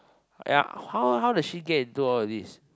ya how how does she get into all of these